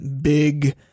big